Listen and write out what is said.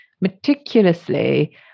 meticulously